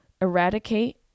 eradicate